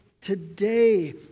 today